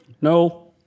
No